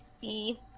See